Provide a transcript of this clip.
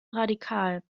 radikal